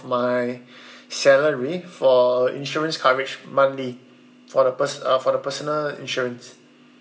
my salary for insurance coverage monthly for the pers~ uh for the personal insurance